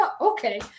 okay